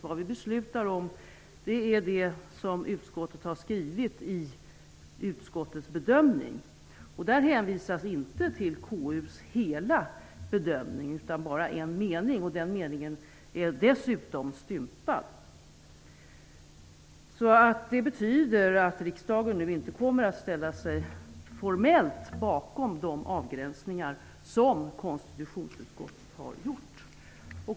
Det vi beslutar om är det som utskottet har skrivit i sin bedömning. Där hänvisas inte till KU:s hela bedömning, utan bara till en mening, som dessutom är stympad. Det betyder att riksdagen nu inte formellt kommer att ställa sig bakom de avgränsningar som konstitutionsutskottet har gjort.